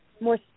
more